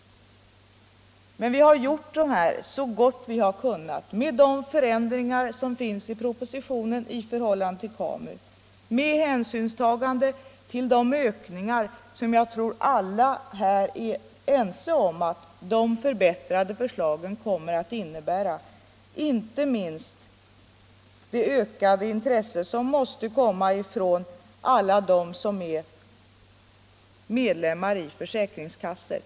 Men vi har gjort dem så gott| vi har kunnat med de förändringar som finns i propositionen i förhållande till:KAMU och med hänsyn tagen till de ökningar som jag tror att alla här är ense om att de förbättrade förslagen kommer att innebära. Inte minst måste det bli ett ökat intresse från alla dem som är medlemmar i försäkringskassor.